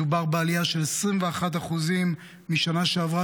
מדובר בעלייה של 21% משנה שעברה,